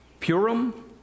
Purim